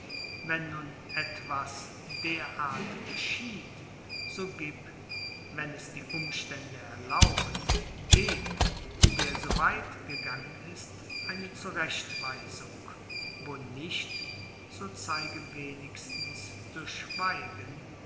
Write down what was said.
wenn nun etwas derart geschieht so gib wenn es die umstände erlauben dem der so weit gegangen ist eine zurechtweisung wo nicht so zeige wenigstens durch schweigen